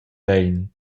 bein